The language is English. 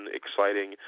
exciting